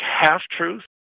half-truth